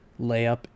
layup